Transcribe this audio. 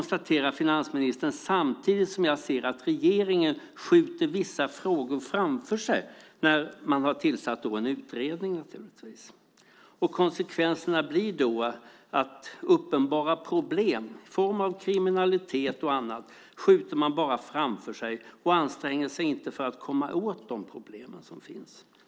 Samtidigt ser jag att regeringen skjuter vissa frågor framför sig när man har tillsatt en utredning. Konsekvenserna blir då att man skjuter framför sig uppenbara problem i form av kriminalitet och annat. Man anstränger sig inte för att komma åt de problem som finns.